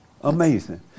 Amazing